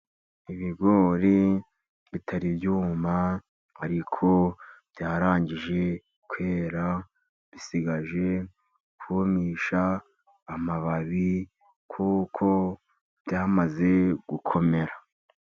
Ibigori bitari byuma ariko byarangije kwera, bisigaje kumisha amababi kuko byamaze gukomera.